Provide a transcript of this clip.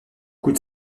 coup